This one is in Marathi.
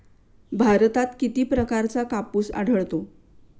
भारतात किती प्रकारचा कापूस आढळतो?